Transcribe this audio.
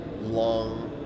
long